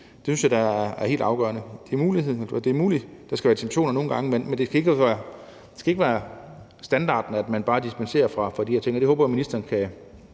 Det synes jeg da er helt afgørende. Det er muligt, at der nogle gange skal gives dispensation, men det skal ikke være standarden, at man bare dispenserer fra de her ting, og det håber jeg at ministeren kan